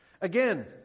Again